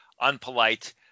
unpolite